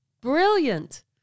Brilliant